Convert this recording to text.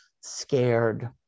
scared